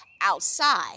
outside